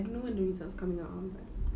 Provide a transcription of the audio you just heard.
I don't know when the results coming out ah but